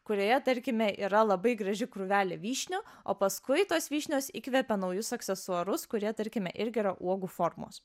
kurioje tarkime yra labai graži krūvelė vyšnių o paskui tos vyšnios įkvepia naujus aksesuarus kurie tarkime irgi yra uogų formos